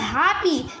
happy